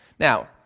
Now